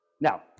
Now